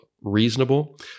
reasonable